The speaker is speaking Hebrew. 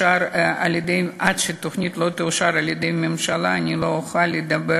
עד שהתוכנית תאושר על-ידי הממשלה אני לא אוכל לדבר